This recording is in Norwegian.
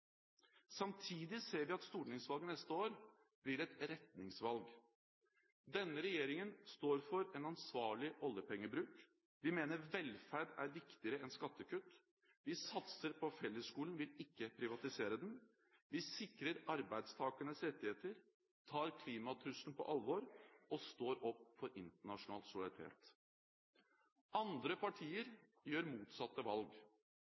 Samtidig ser vi at stortingsvalget neste år blir et retningsvalg. Denne regjeringen står for en ansvarlig oljepengebruk, vi mener velferd er viktigere enn skattekutt. Vi satser på fellesskolen og vil ikke privatisere den. Vi sikrer arbeidstakernes rettigheter, tar klimatruslene på alvor og står opp for internasjonal solidaritet. Andre partier gjør motsatte valg.